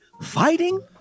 Fighting